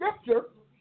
scripture